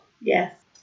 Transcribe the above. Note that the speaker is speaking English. Yes